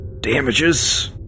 Damages